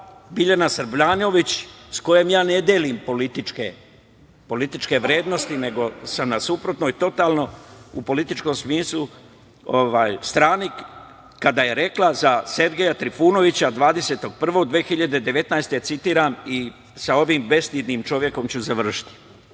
Biljana Srbljanović, s kojom ja ne delim političke vrednosti nego sam na suprotnoj totalno u političkom smislu strani, kada je rekla za Sergeja Trifunovića 20. januara 2019. godine, citiram i sa ovim bestidnim čovekom ću završiti